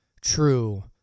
true